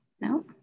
No